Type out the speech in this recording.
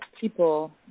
people